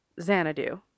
Xanadu